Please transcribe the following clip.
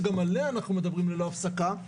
שגם עליה אנחנו מדברים ללא הפסקה,